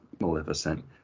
Maleficent